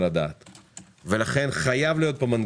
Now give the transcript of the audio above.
כולם ייצאו מורווחים מזה,